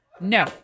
No